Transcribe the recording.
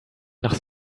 nicht